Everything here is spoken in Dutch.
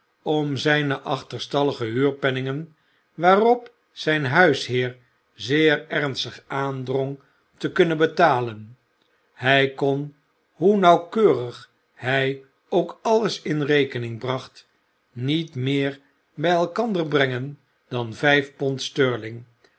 om zijne achterstallige huurpenningen waarop zijn huisheer zeer ernstig aandrong te kunnen betalen hij kon hoe nauwkeurig hij ook alles in rekening bracht niet meer bij elkander brengen dan vijf